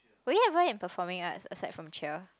oh ya were you in performing arts aside from cheer